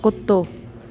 कुतो